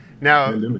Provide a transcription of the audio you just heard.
Now